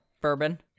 bourbon